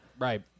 Right